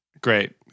Great